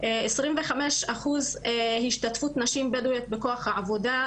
עשרים וחמש אחוז השתתפות נשים בדואיות בכוח העבודה,